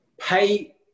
pay